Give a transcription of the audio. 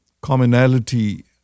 commonality